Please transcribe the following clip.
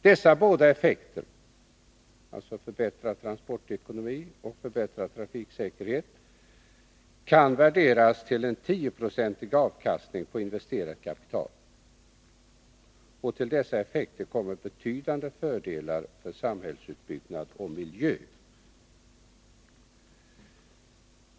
Dessa båda effekter av projekten kan värderas till en 10-procentig avkastning på investerat kapital. Till dessa effekter kommer betydande fördelar för samhällsutbyggnad och miljö.